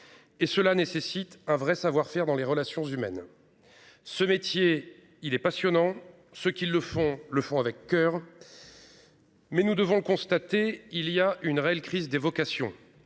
Et cela nécessite un vrai savoir-faire dans les relations humaines. Ce métier, il est passionnant ce qui le font le font avec coeur. Mais nous devons le constater il y a une réelle crise des vocations.